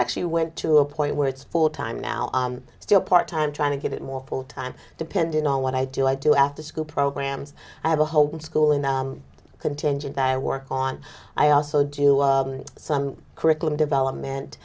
actually went to a point where it's full time now still part time trying to get more full time depending on what i do i do after school programs i have a home school in the contingent that i work on i also do some curriculum development